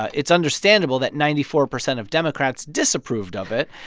it's understandable that ninety four percent of democrats disapproved of it.